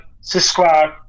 subscribe